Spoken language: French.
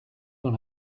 dans